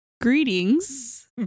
Greetings